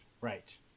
right